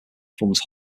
funds